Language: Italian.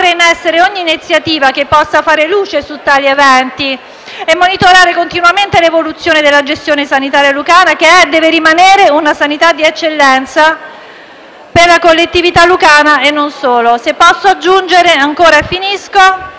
in essere ogni iniziativa che possa fare luce su tali eventi e monitorare continuamente l'evoluzione della gestione sanitaria lucana, che è e deve rimanere una sanità di eccellenza per la collettività lucana e non solo. Se posso aggiungere, ogni